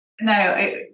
No